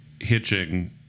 Hitching